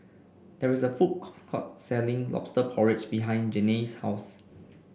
there is a food co court selling lobster porridge behind Janae's house